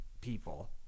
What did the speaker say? people